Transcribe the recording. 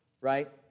right